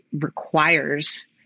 requires